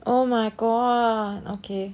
oh my god okay